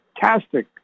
fantastic